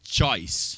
choice